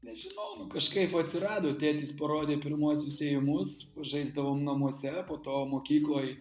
nežinau nu kažkaip atsirado tėtis parodė pirmuosius ėjimus pažaisdavom namuose po to mokykloj